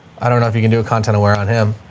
i don't know if you can do a content aware on him,